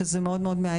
שזה מאוד מאוד מעניין.